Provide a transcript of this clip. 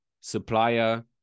supplier